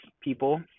people